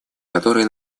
которые